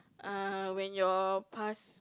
uh when your past